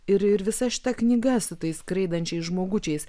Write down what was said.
ir ir visa šita knyga su tais skraidančiais žmogučiais